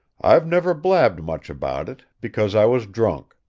i've never blabbed much about it, because i was drunk.